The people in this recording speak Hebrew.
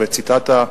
וציטטת,